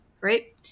right